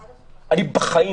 אני בחיים,